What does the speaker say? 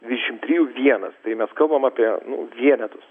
dvidešimt trijų vienas tai mes kalbame apie vienetus